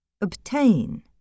Obtain